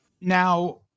Now